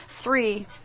three